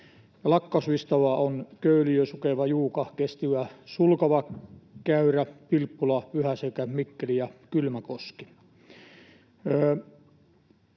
Lakkautuslistalla ovat Köyliö, Sukeva, Juuka, Kestilä, Sulkava, Käyrä, Vilppula, Pyhäselkä, Mikkeli ja Kylmäkoski.